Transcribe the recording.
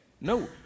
No